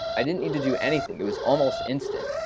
i didn't need to do anything. it was almost instant.